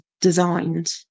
designed